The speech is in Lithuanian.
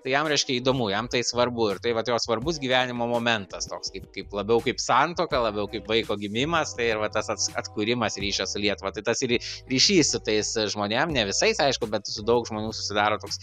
tai jam reiškia įdomu jam tai svarbu ir tai vat jo svarbus gyvenimo momentas toks kaip kaip labiau kaip santuoka labiau kaip vaiko gimimas tai ir va tas ats atkūrimas ryšio su lietuva tai tas ry ryšys su tais žmonėm ne visais aišku bet su daug žmonių susidaro toks